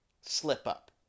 slip-up